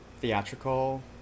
theatrical